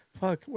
fuck